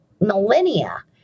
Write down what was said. millennia